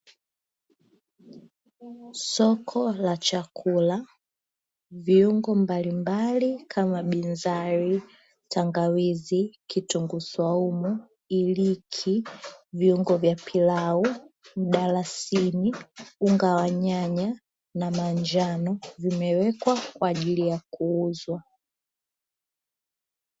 Soko la chakula viungo mbalimbali kama, binzari tangawizi kitunguu swaumu iliki viungo vya pilau mdalasini ungawa nyanya na manjano, vimewekwa kwa ajili ya kuuzwa